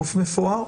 גוף מפואר.